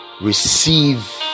receive